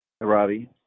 Robbie